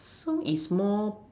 so is more